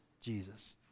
Jesus